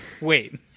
wait